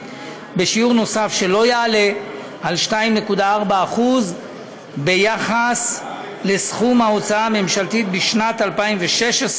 בשיעור נוסף שלא יעלה על 2.4% ביחס לסכום ההוצאה הממשלתית בשנת 2016,